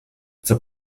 zur